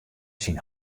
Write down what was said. syn